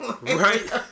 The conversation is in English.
Right